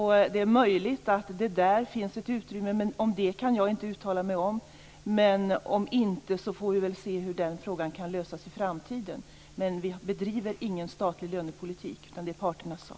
Det är möjligt att det där finns ett utrymme. Men om det kan jag inte uttala mig. Om inte, så får vi väl se hur den frågan kan lösas i framtiden. Men vi bedriver ingen statlig lönepolitik, utan det är parternas sak.